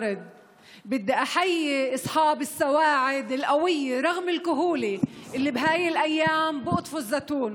עובדי האדמה ועובדות האדמה שממשיכים להיאחז באדמה.